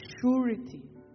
surety